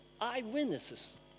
eyewitnesses